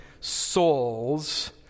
souls